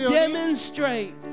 demonstrate